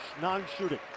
non-shooting